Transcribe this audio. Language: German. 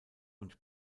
und